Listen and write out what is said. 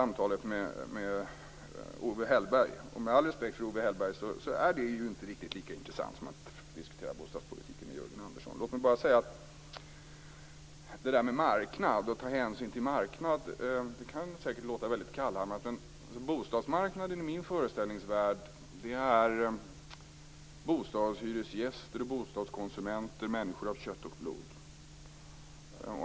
Med all respekt för Owe Hellberg, så är det ju inte lika intressant att föra det bostadspolitiska samtalet men honom som att diskutera bostadspolitik med Jörgen Andersson. Detta med att ta hänsyn till marknaden kan säkert låta väldigt kallhamrat, men bostadsmarknaden i min föreställningsvärld består av bostadshyresgäster och bostadskonsumenter, dvs. människor av kött och blod.